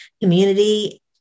community